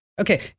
Okay